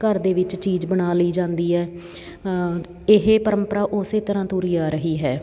ਘਰ ਦੇ ਵਿੱਚ ਚੀਜ਼ ਬਣਾ ਲਈ ਜਾਂਦੀ ਹੈ ਇਹ ਪਰੰਪਰਾ ਉਸੇ ਤਰ੍ਹਾਂ ਤੁਰੀ ਆ ਰਹੀ ਹੈ